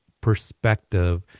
perspective